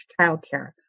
childcare